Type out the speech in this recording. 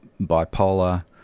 bipolar